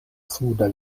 suda